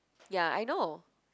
ya I know